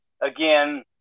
again